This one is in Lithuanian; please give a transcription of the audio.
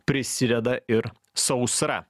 prisideda ir sausra